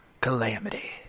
calamity